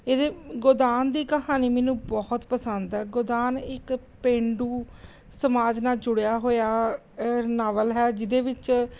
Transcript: ਇਹਦੇ ਗੋਦਾਨ ਦੀ ਕਹਾਣੀ ਮੈਨੂੰ ਬਹੁਤ ਪਸੰਦ ਹੈ ਗੋਦਾਨ ਇੱਕ ਪੇਂਡੂ ਸਮਾਜ ਨਾਲ਼ ਜੁੜਿਆ ਹੋਇਆ ਨਾਵਲ ਹੈ ਜਿਹਦੇ ਵਿੱਚ